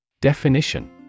Definition